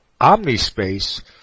Omnispace